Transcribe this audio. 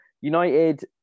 United